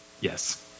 Yes